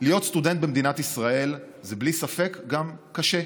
להיות סטודנט במדינת ישראל זה בלי ספק גם קשה.